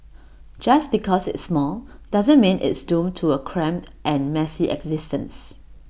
just because it's small doesn't mean it's doomed to A cramped and messy existence